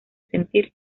sentir